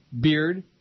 beard